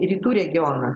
rytų regioną